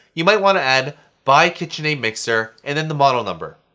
you might want to add buy kitchen aid mixer, and then the model number.